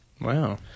Wow